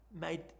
made